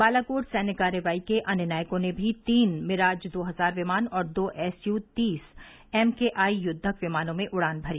बालाकोट सैन्य कार्रवाई के अन्य नायकों ने भी तीन मिराज दो हजार विमान और दो एसय् तीस एम के आई युद्वक विमानों में उड़ान भरी